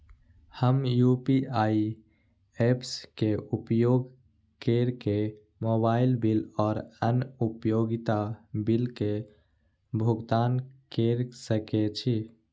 हम UPI apps के उपयोग केर के मोबाइल बिल और अन्य उपयोगिता बिल के भुगतान केर सके छी